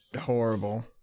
horrible